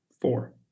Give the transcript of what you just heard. Four